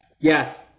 yes